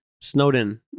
Snowden